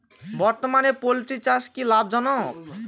বর্তমানে পোলট্রি চাষ কি লাভজনক?